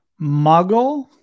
Muggle